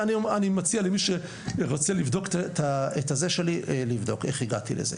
ואני מציע למי שרוצה לבדוק את הזה שלי לבדוק איך הגעתי לזה.